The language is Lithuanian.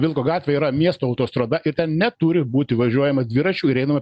vilko gatvė yra miesto autostrada ir ten neturi būti važiuojama dviračiu ir einama